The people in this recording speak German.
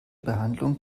behandlung